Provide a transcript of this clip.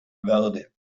verde